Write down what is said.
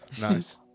Nice